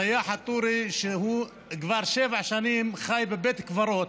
סיאח א-טורי, כבר שבע שנים חי בבית קברות,